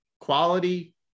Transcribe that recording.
quality